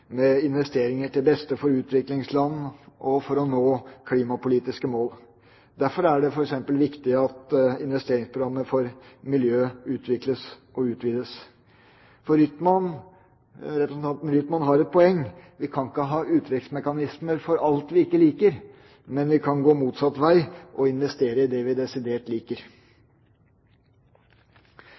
med investeringer til beste for utviklingsland og for å nå klimapolitiske mål. Derfor er det f.eks. viktig at investeringsprogrammet for miljø utvikles og utvides, for representanten Rytman har et poeng – vi kan ikke ha uttrekksmekanismer for alt vi ikke liker. Men vi kan gå motsatt vei og investere i det vi desidert liker.